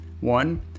One